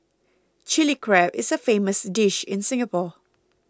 Chilli Crab is a famous dish in Singapore